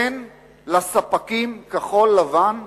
תן לספקים כחול-לבן,